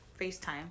Facetime